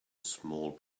small